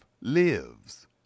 lives